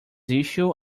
issue